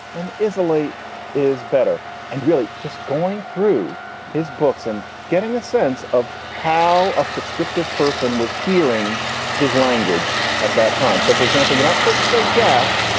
and italy is better and really just going through his books and getting a sense of how a prescriptive person was hearing his language at that time. so, for example, you're not supposed to say gasp,